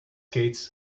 skates